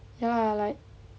ya lah like